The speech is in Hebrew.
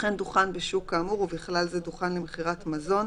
וכן דוכן בשוק כאמור, ובכלל זה דוכן למכירת מזון,